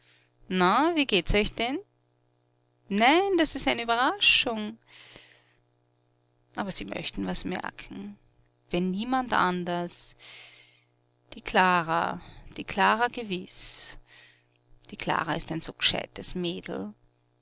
na wie geht's euch denn nein das ist eine überraschung aber sie möchten was merken wenn niemand anders die klara die klara gewiß die klara ist ein so gescheites mädel